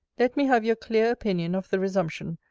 let me have your clear opinion of the resumption,